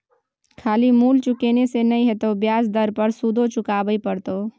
खाली मूल चुकेने से नहि हेतौ ब्याज दर पर सुदो चुकाबे पड़तौ